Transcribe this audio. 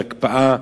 זאת הקפאה,